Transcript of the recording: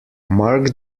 mark